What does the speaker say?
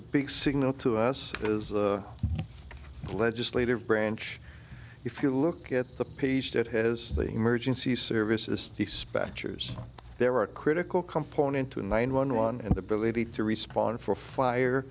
a big signal to us as a legislative branch if you look at the piece that has the emergency services the specters there are a critical component to nine one one and the ability to respond for fire